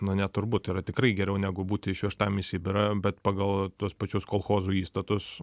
nu ne turbūt yra tikrai geriau negu būti išvežtam į sibirą bet pagal tuos pačius kolchozų įstatus